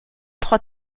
trois